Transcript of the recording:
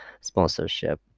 sponsorship